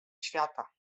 świata